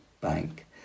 bank